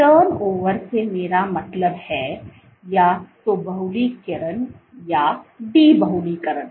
turn over से मेरा मतलब है या तो बहुलीकरण या डी बहुलीकरण